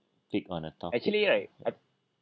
click on a topic